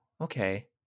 okay